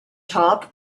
top